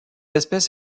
espèce